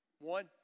One